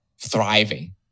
thriving